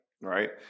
right